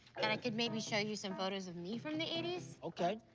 that i could maybe show you some photos of me from the eighty s. okay.